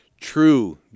true